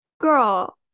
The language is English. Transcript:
Girl